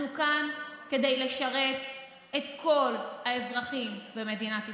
אנחנו כאן כדי לשרת את כל האזרחים במדינת ישראל.